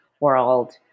world